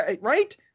right